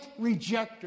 rejecter